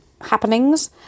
happenings